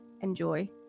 enjoy